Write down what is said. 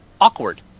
awkward